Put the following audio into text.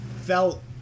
felt